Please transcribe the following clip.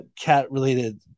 cat-related